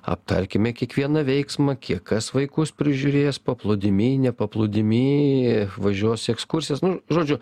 aptarkime kiekvieną veiksmą kiek kas vaikus prižiūrės paplūdimy nepaplūdimy važiuos į ekskursijas nu žodžiu